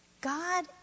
God